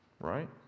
right